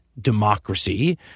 democracy